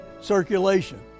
circulation